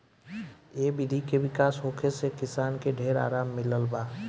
ए विधि के विकास होखे से किसान के ढेर आराम मिलल बा